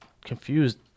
confused